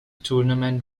tournament